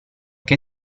che